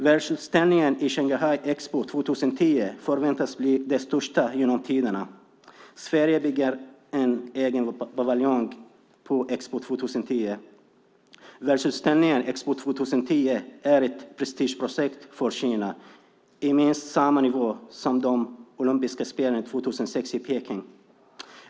Världsutställningen i Shanghai, Expo 2010, förväntas bli den största genom tiderna. Sverige bygger en egen paviljong på Expo 2010. Världsutställningen Expo 2010 är ett prestigeprojekt för Kina, i minst samma nivå som de olympiska spelen 2006 i Peking.